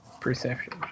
Perception